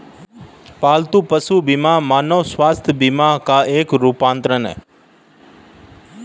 पालतू पशु बीमा मानव स्वास्थ्य बीमा का एक रूपांतर है